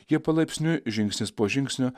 jie palaipsniui žingsnis po žingsnio